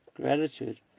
gratitude